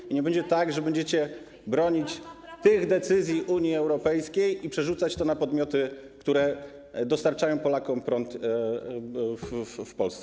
I nie będzie tak, że będziecie bronić tych decyzji Unii Europejskiej i przerzucać to na podmioty, które dostarczają prąd Polakom, w Polsce.